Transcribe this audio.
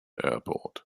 airport